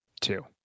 Two